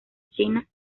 china